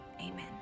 Amen